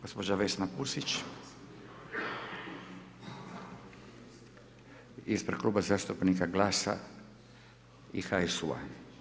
Gospođa Vesna Pusić, ispred Kluba zastupnika GLAS-a i HSU-a.